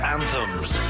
Anthems